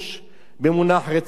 במונח "רצח עם"